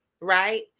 right